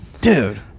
Dude